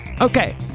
Okay